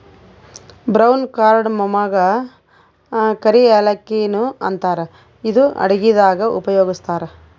brown ಕಾರ್ಡಮಮಗಾ ಕರಿ ಯಾಲಕ್ಕಿ ನು ಅಂತಾರ್ ಇದು ಅಡಗಿದಾಗ್ ಉಪಯೋಗಸ್ತಾರ್